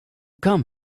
come